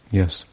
Yes